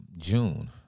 June